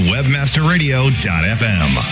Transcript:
WebmasterRadio.fm